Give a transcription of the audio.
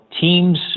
teams